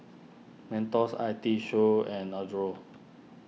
Mentos I T Show and Adore